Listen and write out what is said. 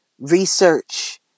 research